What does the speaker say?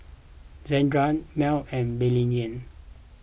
Zandra Malik and Billye